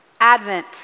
Advent